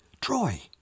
Troy